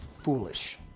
foolish